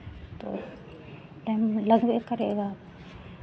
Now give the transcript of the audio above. तो टाइम लगबे करेगा